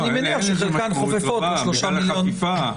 אין לזה משמעות רבה, בגלל החפיפה.